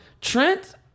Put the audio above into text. Trent